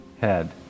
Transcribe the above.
head